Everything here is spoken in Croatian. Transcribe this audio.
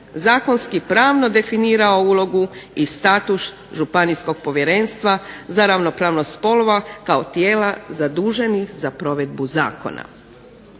zakonski pravno definirao ulogu i status Županijskog povjerenstva za ravnopravnost spolova kao tijela zaduženih za provedbu zakona.